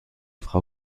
frau